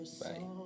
bye